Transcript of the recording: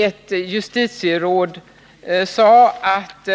Ett justitieråd ansåg att